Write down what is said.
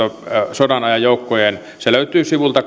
sodanajan joukoista se löytyy sivulta